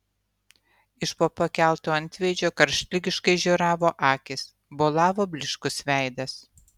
iš po pakelto antveidžio karštligiškai žioravo akys bolavo blyškus veidas